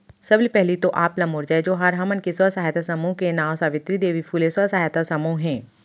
सबले पहिली तो आप ला मोर जय जोहार, हमन के स्व सहायता समूह के नांव सावित्री देवी फूले स्व सहायता समूह हे